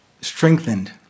strengthened